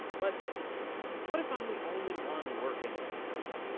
but what if i'm the only one working on this?